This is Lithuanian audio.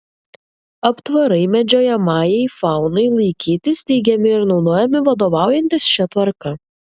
aptvarai medžiojamajai faunai laikyti steigiami ir naudojami vadovaujantis šia tvarka